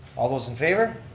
all those in favor.